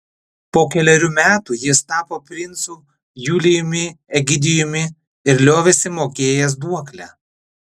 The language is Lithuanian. po kelerių metų jis tapo princu julijumi egidijumi ir liovėsi mokėjęs duoklę